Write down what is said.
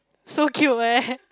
so cute eh